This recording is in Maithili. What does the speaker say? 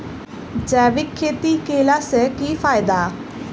जैविक खेती केला सऽ की फायदा?